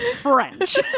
French